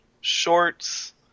shorts